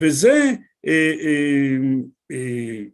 בזה